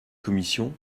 commission